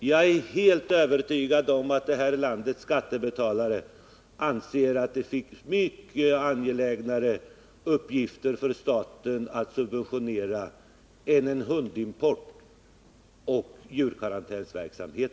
Jag är helt övertygad om att detta lands skattebetalare anser att det finns mycket mer angelägna områden som staten kan subventionera än en hundimport och djurkarantänsverksamhet.